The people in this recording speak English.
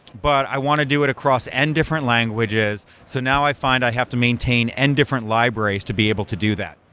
but i want to do it across n-different languages. so now i find i have to maintain n-different libraries to be able to do that.